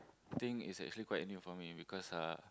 thing is actually quite new for me because uh